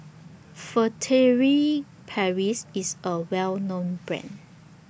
Furtere Paris IS A Well known Brand